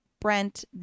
Brent